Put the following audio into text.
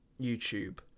YouTube